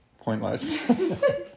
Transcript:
pointless